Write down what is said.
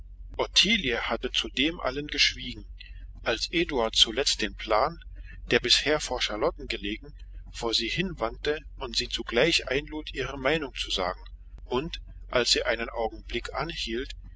hatte zu dem allen geschwiegen als eduard zuletzt den plan der bisher vor charlotten gelegen vor sie hinwandte und sie zugleich einlud ihre meinung zu sagen und als sie einen augenblick anhielt